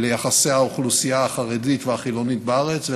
ליחסי האוכלוסייה החרדית והחילונית בארץ,